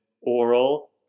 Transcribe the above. oral